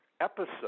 episode